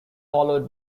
followed